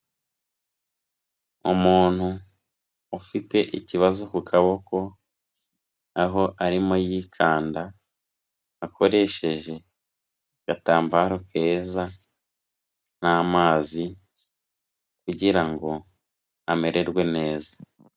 Umuntu ufite ikibazo ku kaboko aho arimo yikanda akoresheje agatambaro keza n'amazi kugira ngo amererwe neza.